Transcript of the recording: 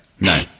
No